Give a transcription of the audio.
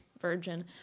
virgin